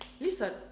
Listen